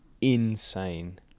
insane